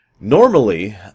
Normally